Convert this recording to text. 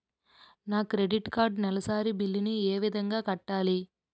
నా credit card నెలసరి bill ని ఏ విధంగా కట్టాలి?